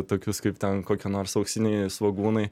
tokius kaip ten kokie nors auksiniai svogūnai